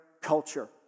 culture